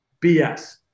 BS